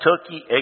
turkey